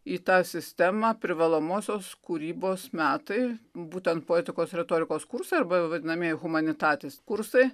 į tą sistemą privalomosios kūrybos metai būtent poetikos retorikos kursai arba vadinamieji humanitatis kursai